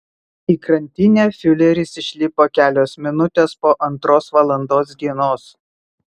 į krantinę fiureris išlipo kelios minutės po antros valandos dienos